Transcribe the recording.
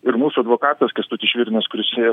ir mūsų advokatas kęstutis švirinas kuris ėjo